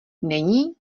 není